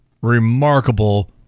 remarkable